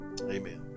amen